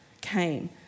came